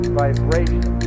vibration